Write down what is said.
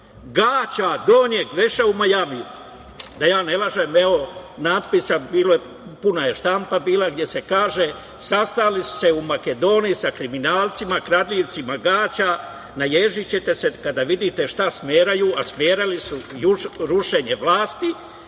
gaća, donjeg veša u Majamiju. Da ja ne lažem, evo natpisa, puna je štampa bila, gde se kaže – sastali su se u Makedoniji sa kriminalcima, kradljivcima gaća. Naježićete se kada vidite šta smeraju, a smeraju su rušenje vlasti